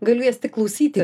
galiu jas tik klausyti